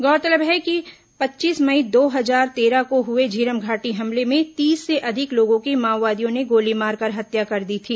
गौरतलब है कि पच्चीस मई दो हजार तेरह को हुए झीरम घाटी हमले में तीस से अधिक लोगों की माओवादियों ने गोली मारकर हत्या कर दी थी